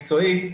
מקצועית,